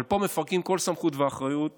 אבל פה מפרקים כל סמכות ואחריות